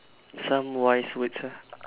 some wise words ah